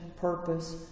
purpose